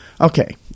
Okay